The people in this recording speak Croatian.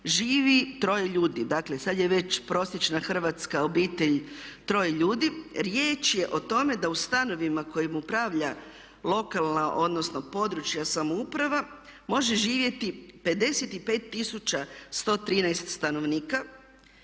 živi troje ljudi, dakle sada je već prosječna hrvatska obitelj troje ljudi. Riječ je o tome da u stanovima kojima upravlja lokalna, odnosno područja samouprava može živjeti 55 tisuća 113 stanovnika.